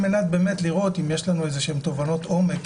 על מנת לראות באמת האם יש לנו איזשהן תובנות עומק